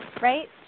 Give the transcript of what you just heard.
right